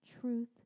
truth